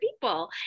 people